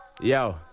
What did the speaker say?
Yo